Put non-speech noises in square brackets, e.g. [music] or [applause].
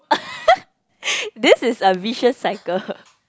[laughs] this is a vicious cycle